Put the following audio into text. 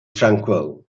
tranquil